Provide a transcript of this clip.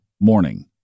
morning